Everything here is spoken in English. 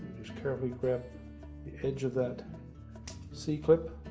just carefully grab the edge of that c-clip